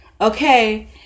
Okay